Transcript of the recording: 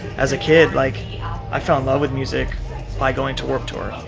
as a kid, like yeah i fell in love with music by going to warped tours.